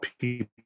people